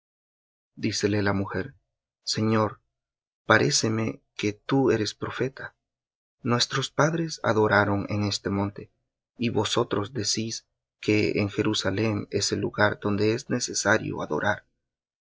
dícele la mujer señor paréceme que tú eres profeta nuestros padres adoraron en este monte y vosotros decís que en jerusalem es el lugar donde es necesario adorar